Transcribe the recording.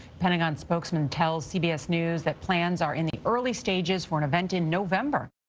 pentagon spokesmen tell cbs news that plans are in the early stages for an event in november.